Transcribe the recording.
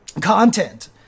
content